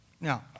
Now